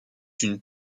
une